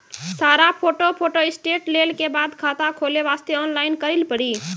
सारा photo photostat लेल के बाद खाता खोले वास्ते ऑनलाइन करिल पड़ी?